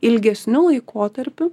ilgesniu laikotarpiu